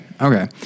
okay